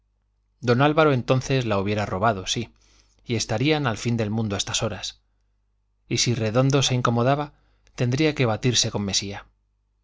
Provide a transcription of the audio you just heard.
don álvaro entonces la hubiera robado sí y estarían al fin del mundo a estas horas y si redondo se incomodaba tendría que batirse con mesía